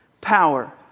power